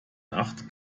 nacht